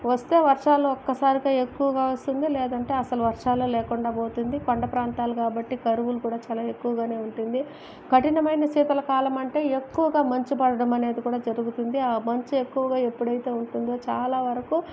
వస్తే వర్షాలు ఒక్కసారిగా ఎక్కువగా వస్తుంది లేదంటే అసలు వర్షాలు లేకుండా పోతుంది కొండ ప్రాంతాలు కాబట్టి కరువులు కూడా చాలా ఎక్కువగానే ఉంటుంది కఠినమైన శీతాకాలం అంటే ఎక్కువగా మంచుపడడం అనేది కూడా జరుగుతుంది ఆ మంచు ఎక్కువగా ఎప్పుడైతే ఉంటుందో చాలావరకు